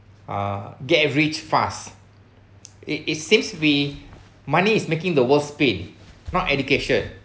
uh get rich fast it it seems to be money is making the world spin not education